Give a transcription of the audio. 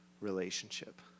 relationship